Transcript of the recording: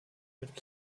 mit